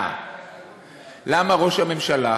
למה ראש הממשלה